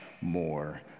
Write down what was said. more